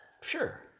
Sure